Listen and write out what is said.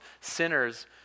sinners